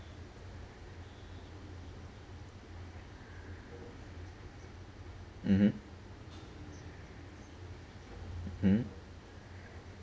mmhmm mm